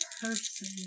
person